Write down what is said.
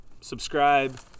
subscribe